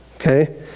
Okay